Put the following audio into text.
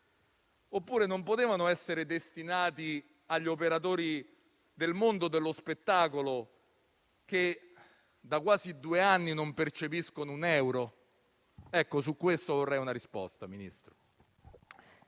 oppure essere destinati agli operatori del mondo dello spettacolo che da quasi due anni non percepiscono un euro? Ministro, su questo vorrei una risposta.